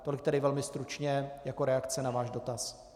Tolik tedy velmi stručně jako reakce na váš dotaz.